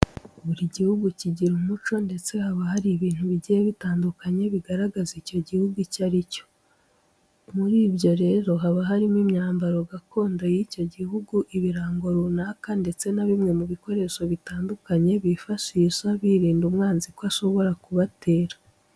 Buri gihugu kigira umuco ndetse haba hari ibintu bigiye bitandukanye bigaragaza icyo gihugu icyo ari cyo. Muri byo rero haba harimo imyambaro gakondo y'icyo gihugu, ibirango runaka ndetse na bimwe mu bikoresho bitandukanye bifashisha, birinda umwanzi ko ashobora kubatera.